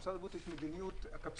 למשרד הבריאות יש מדיניות קפסולות,